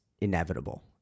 inevitable